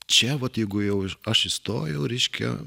čia vat jeigu jau aš įstojau reiškia